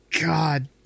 God